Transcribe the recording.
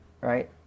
Right